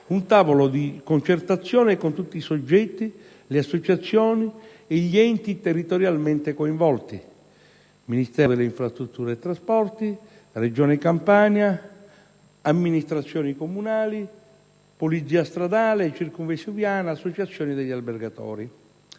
un tavolo di concertazione con tutti i soggetti, le associazioni e gli enti territorialmente coinvolti (Ministero delle infrastrutture e trasporti, Regione Campania, amministrazioni comunale, Polizia stradale, circumvesuviana, associazione degli albergatori).